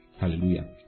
hallelujah